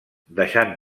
deixant